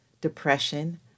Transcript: depression